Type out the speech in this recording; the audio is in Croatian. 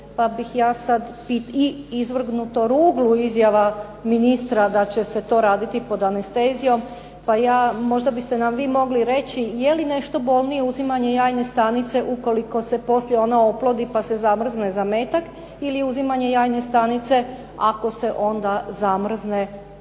jajne stanice, i izvrgnuto ruglu izjava ministra da će se to raditi pod anestezijom. Pa ja, možda biste nam vi mogli reći, je li nešto bolnije uzimanje jajne stanice ukoliko se poslije ona oplodi, pa se zamrzne zametak ili uzimanje jajne stanice ako se onda zamrzne višak